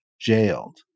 jailed